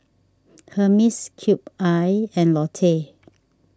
Hermes Cube I and Lotte